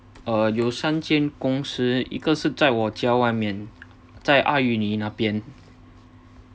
有三间公司一个是在我家外面在那边